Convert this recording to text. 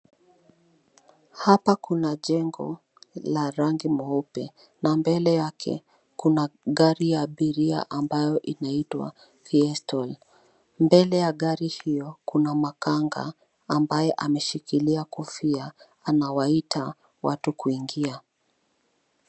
Hapa kuna jengo la rangi mweupe na mbele yake kuna gari ya abiria ambayo inaitwa Festal. Mbele ya gari hilo, kuna makanga ambaye ameshikilia kofia, anawaita watu kuingia.